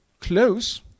close